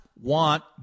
want